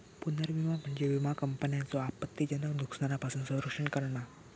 पुनर्विमा म्हणजे विमा कंपन्यांचो आपत्तीजनक नुकसानापासून संरक्षण करणा